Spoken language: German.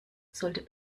sollte